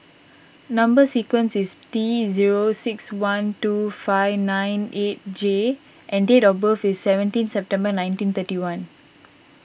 Number Sequence is T zero six one two five nine eight J and date of birth is seventeen September nineteen thirty one